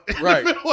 Right